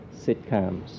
sitcoms